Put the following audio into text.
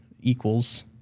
equals